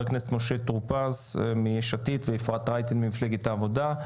הכנסת משה טור פז מ-"יש עתיד" ואפרת רייטן ממפלגת "העבודה".